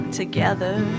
together